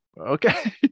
Okay